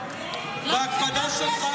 כפי שהיא היום,